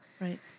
right